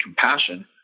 compassion